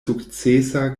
sukcesa